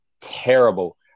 terrible